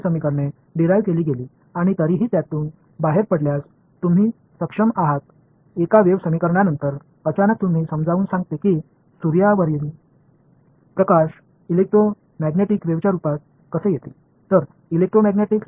இந்த சமன்பாடுகள் எவ்வாறு பெறப்பட்டன எப்படியாவது நீங்கள் ஒரு அலை சமன்பாட்டிலிருந்து வெளியேற முடிகிறது இது சூரியனில் இருந்து ஒளி எவ்வாறு எலெக்ட்ரோமேக்னெட்டிக்ஸ்